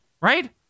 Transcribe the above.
right